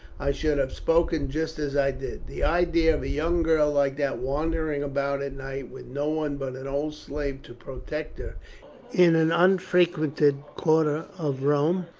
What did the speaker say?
i should have spoken just as i did. the idea of a young girl like that wandering about at night with no one but an old slave to protect her in an unfrequented quarter of rome!